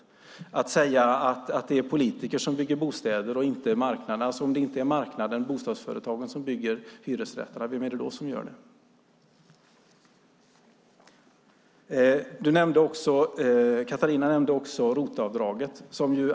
Om man säger att det är politiker som bygger bostäder och inte marknaden, om man säger att det inte är marknaden och bostadsföretagen som bygger hyresrätterna, vem är det då som gör det? Katarina nämnde också ROT-avdraget.